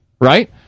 Right